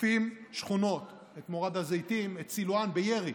תוקפים שכונות, את מורד הזיתים, את סילוואן, בירי,